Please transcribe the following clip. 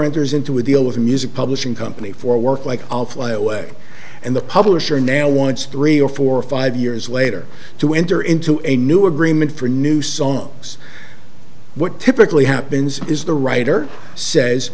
enters into a deal with a music publishing company for work like i'll fly away and the publisher now wants three or four or five years later to enter into a new agreement for new songs what typically happens is the writer says